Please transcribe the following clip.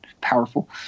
powerful